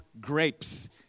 grapes